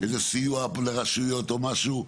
איזה סיוע לרשויות או משהו,